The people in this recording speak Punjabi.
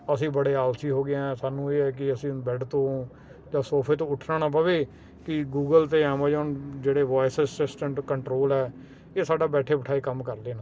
ਅਸੀਂ ਬੜੇ ਆਲਸੀ ਹੋ ਗਏ ਆਂ ਸਾਨੂੰ ਇਹ ਹੈ ਕਿ ਅਸੀਂ ਬੈਡ ਤੋਂ ਜਾਂ ਸੋਫੇ ਤੋਂ ਉੱਠਣਾ ਨਾ ਪਵੇ ਕਿ ਗੂਗਲ ਤੇ ਐਮਾਜੋਨ ਜਿਹੜੇ ਵੋਇਸ ਅਸਿਸਟੈਂਟ ਕੰਟਰੋਲ ਐ ਇਹ ਸਾਡਾ ਬੈਠੇ ਬਿਠਾਏ ਕੰਮ ਕਰ ਦੇਣ